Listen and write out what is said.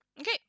Okay